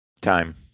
Time